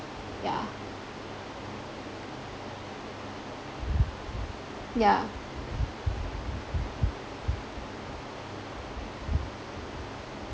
yeah yeah